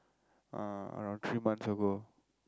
uh around three months ago